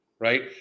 right